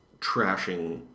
trashing